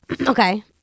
okay